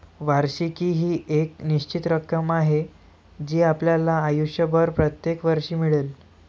वार्षिकी ही एक निश्चित रक्कम आहे जी आपल्याला आयुष्यभर प्रत्येक वर्षी मिळेल